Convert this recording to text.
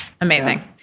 amazing